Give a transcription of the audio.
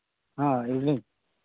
ꯑ ꯏꯚꯤꯅꯤꯡ